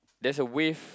there's a wave